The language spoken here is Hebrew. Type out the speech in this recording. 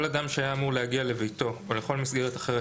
כל אדם שהיה אמור להגיע לביתו או לכל מסגרת אחרת